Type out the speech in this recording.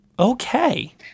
Okay